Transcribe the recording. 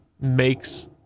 makes